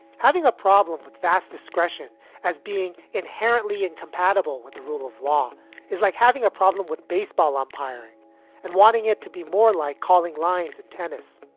having a problem with vast discretion as being inherently incompatible with the rule of law is like having a problem with baseball umpiring and wanting it to be more like calling lines tennis.